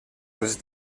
els